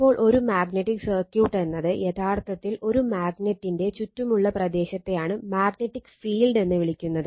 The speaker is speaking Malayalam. അപ്പോൾ ഒരു മാഗ്നെറ്റിക് സർക്യൂട്ട് എന്നത് യഥാർത്ഥത്തിൽ ഒരു മാഗ്നെറ്റിന്റെ എന്ന് വിളിക്കുന്നത്